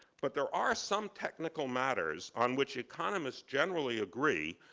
but there are some technical matters on which economists generally agree,